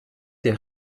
der